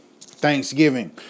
thanksgiving